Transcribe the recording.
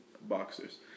boxers